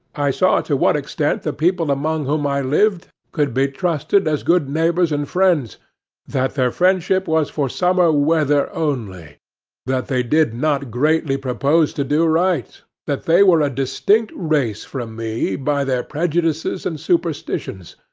i saw to what extent the people among whom i lived could be trusted as good neighbors and friends that their friendship was for summer weather only that they did not greatly propose to do right that they were a distinct race from me by their prejudices and superstitions,